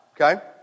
Okay